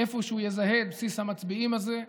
איפה שהוא יזהה את בסיס המצביעים הזה,